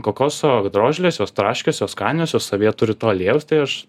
kokoso drožlės jos traškios jos skanios jos savyje turi to aliejaus tai aš